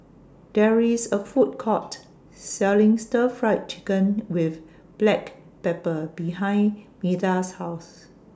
There IS A Food Court Selling Stir Fry Chicken with Black Pepper behind Meda's House